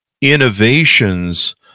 innovations